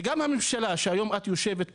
וגם הממשלה שהיום את יושבת בה.